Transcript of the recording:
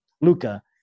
Luca